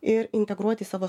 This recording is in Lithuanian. ir integruoti į savo